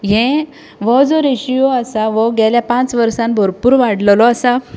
हे वो जो रेशियो आसा वो गेल्या पांच वर्सांत भरपूर वाडलेलो आसा